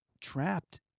trapped